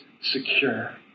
secure